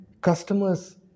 customers